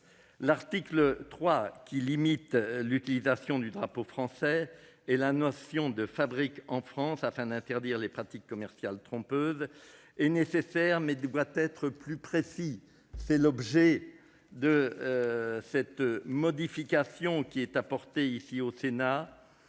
L'article 3, qui limite l'utilisation du drapeau français et de la mention « Fabriqué en France » afin d'interdire les pratiques commerciales trompeuses, est nécessaire, mais doit être plus précis. Tel est l'objet de la modification apportée par le Sénat.